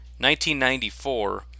1994